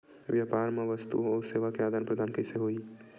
व्यापार मा वस्तुओ अउ सेवा के आदान प्रदान कइसे होही?